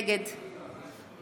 נגד